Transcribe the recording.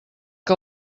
que